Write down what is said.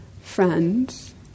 friends